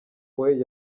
point